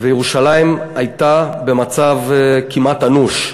וירושלים הייתה במצב כמעט אנוש.